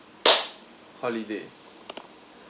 holiday